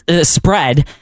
spread